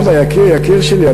למה, יקיר, יקיר שלי?